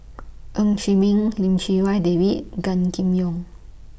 Ng Chee Meng Lim Chee Wai David Gan Kim Yong